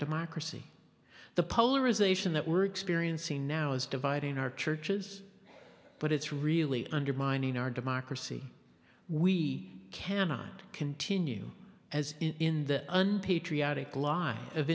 democracy the polarization that we're experiencing now is dividing our churches but it's really undermining our democracy we cannot continue as in the unpatriotic lie of